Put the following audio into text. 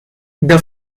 the